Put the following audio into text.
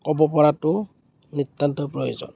ক'ব পৰাটো নিত্য়ান্তই প্ৰয়োজন